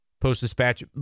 post-dispatch